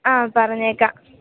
ആ പറഞ്ഞേക്കാം